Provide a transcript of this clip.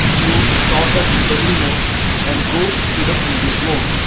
to stop the debugging mode and go to the previous mode.